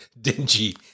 dingy